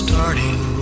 Starting